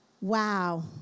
Wow